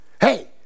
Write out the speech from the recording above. Hey